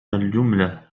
الجملة